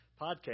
podcast